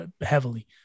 heavily